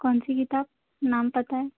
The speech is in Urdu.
کون سی کتاب نام پتا ہے